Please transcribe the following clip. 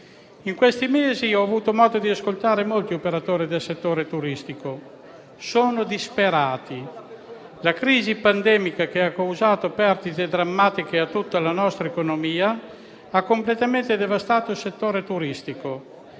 In questi mesi ho avuto modo di ascoltare molti operatori del settore turistico: sono disperati. La crisi pandemica, che ha causato perdite drammatiche a tutta la nostra economia, ha completamente devastato il settore turistico.